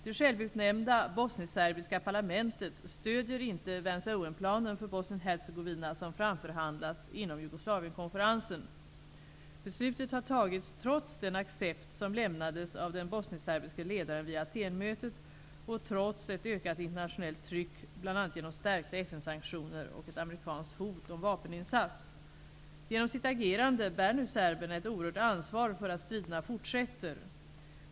Det självutnämnda bosnisk-serbiska parlamentet stöder inte Vance--Owen-planen för Bosnien Hercegovina som framförhandlats inom Jugoslavien-konferensen. Beslutet har tagits trots den accept som lämnades av den bosnisk-serbiske ledaren vid Atenmötet och trots ett ökat internationellt tryck bl.a. genom stärkta FN sanktioner och ett amerikanskt hot om vapeninsats. Genom sitt agerande bär nu serberna ett oerhört ansvar för att striderna fortsätter.